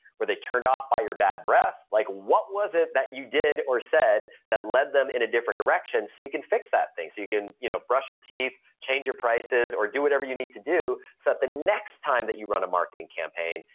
were they turned off by your bad breath? like what was it that you did or said that led them in a different direction so you can fix that thing. so, you can you know brush your teeth, change your prices or do whatever you need to do. so, the next time that you run a marketing campaign,